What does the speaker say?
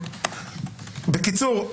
בקיצור,